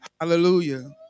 Hallelujah